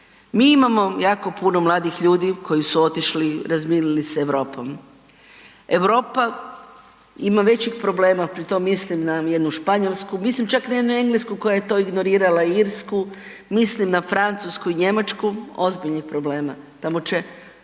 Mi imamo jako puno mladih ljudi koji su otišli, razmijenili se Europom. Europa ima većih problema, pritom mislim na jednu Španjolsku, mislim čak na jednu Englesku koja je to ignorirala, Irsku, mislim na Francusku i Njemačku ozbiljnih problema. Tamo će